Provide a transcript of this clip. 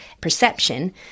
perception